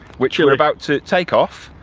which we're about to take off.